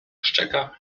szczeka